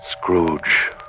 Scrooge